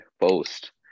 post